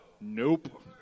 Nope